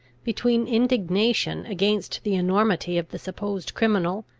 between indignation against the enormity of the supposed criminal,